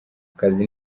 akazi